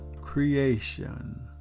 creation